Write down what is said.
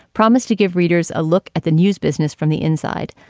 promised to give readers a look at the news business from the inside.